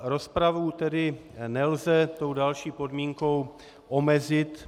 Rozpravu tedy nelze tou další podmínkou omezit.